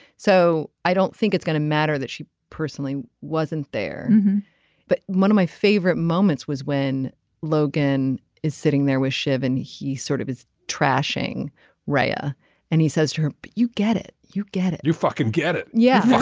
so i don't think it's gonna matter that she personally wasn't there but one of my favorite moments was when logan is sitting there with shiv and he sort of is trashing raya and he says to her you get it you get it you fucking get it yeah.